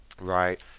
Right